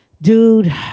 Dude